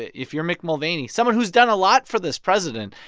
if you're mick mulvaney, someone who's done a lot for this president,